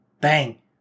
Bang